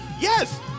Yes